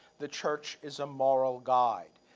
the church is a moral guide.